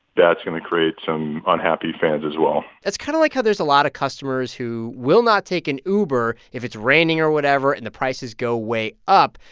that's going to create some unhappy fans as well it's kind of like how there's a lot of customers who will not take an uber if it's raining or whatever and the prices go way up.